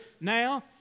now